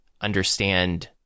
understand